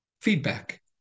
feedback